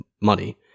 money